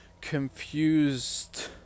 confused